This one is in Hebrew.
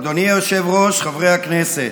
אדוני היושב-ראש, חברי הכנסת,